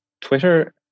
Twitter